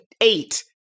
Eight